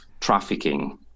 trafficking